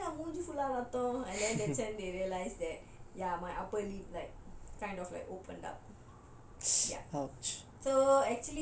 and then that's when they realise that ya my upper lip like kind of like opened up